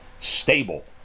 stable